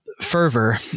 fervor